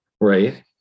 Right